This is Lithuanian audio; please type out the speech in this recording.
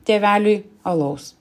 tėveliui alaus